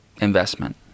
investment